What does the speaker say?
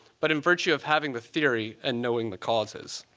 but in virtue of having the theory and knowing the causes.